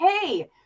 hey